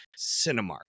Cinemark